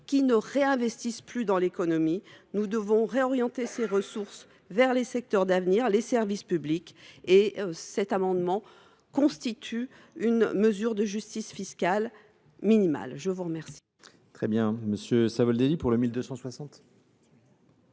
qui ne réinvestissent plus dans l’économie. Nous devons réorienter ces ressources vers les secteurs d’avenir, les services publics. Cet amendement constitue une mesure de justice fiscale minimale. L’amendement